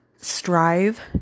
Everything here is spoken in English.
strive